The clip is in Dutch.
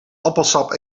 appelsap